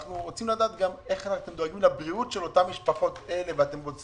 אנחנו רוצים לדעת איך אתם דואגים לבריאות של אותן משפחות ועושים